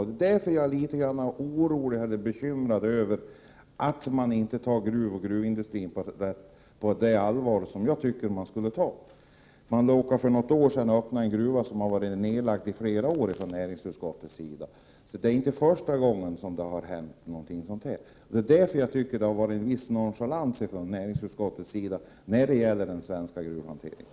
Jag blir litet orolig när man inte tar gruvindustrin på allvar, vilket man borde göra. Näringsutskottet råkade för något år sedan skriva att en gruva var öppen som hade varit nerlagd i flera år. Man har alltså visat en nonchalans när det gäller den svenska gruvhanteringen.